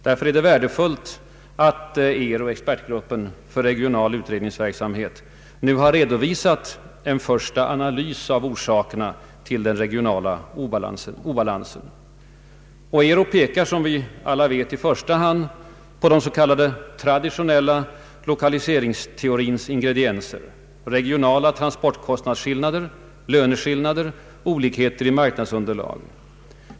Därför är det värdefullt att ERU, expertgruppen för regional utredningsverksamhet, nu har redovisat en första analys av orsakerna till den regionala obalansen. ERU pekar som vi alla vet i första hand på den s.k. traditionella lokaliseringsteorins ingredienser, nämligen regionala transportkostnadsskillnader, löneskillnader och olikheter i marknadsunderlag.